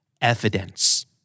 Evidence